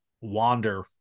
wander